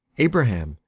abraham,